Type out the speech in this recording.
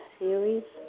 series